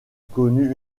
connu